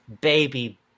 baby